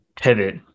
pivot